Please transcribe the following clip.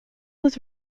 was